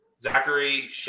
Zachary